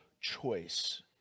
choice